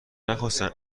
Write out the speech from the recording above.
نخواستم